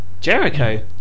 Jericho